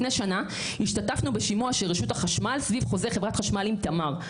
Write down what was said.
לפני שנה השתתפנו בשימוע של רשות החשמל סביב חוזה חברת חשמל עם תמר.